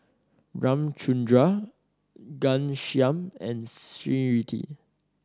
Ramchundra Ghanshyam and Smriti